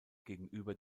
gegenüber